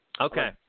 Okay